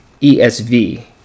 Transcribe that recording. ESV